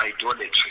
idolatry